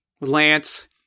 Lance